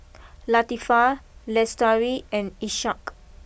Latifa Lestari and Ishak